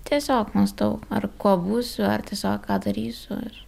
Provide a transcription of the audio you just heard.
tiesiog mąstau ar kuo būsiu ar tiesiog ką darysiu ir